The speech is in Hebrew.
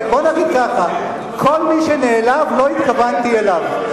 בואו נגיד ככה: כל מי שנעלב, לא התכוונתי אליו.